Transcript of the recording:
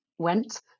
went